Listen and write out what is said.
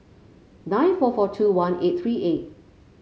nine four four two one eight three eight